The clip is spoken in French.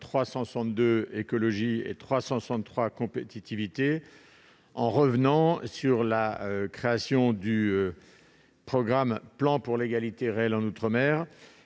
362, « Écologie » et 363, « Compétitivité », en revenant sur la création du programme « Plan pour l'égalité réelle en outre-mer